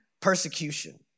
persecution